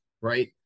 right